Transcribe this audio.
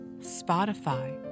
Spotify